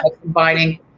combining